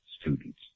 students